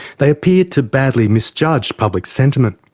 they appeared to badly misjudge public sentiment.